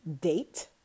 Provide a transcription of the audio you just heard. date